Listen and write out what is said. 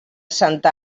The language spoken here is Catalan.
santa